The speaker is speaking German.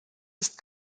ist